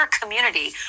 community